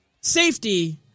safety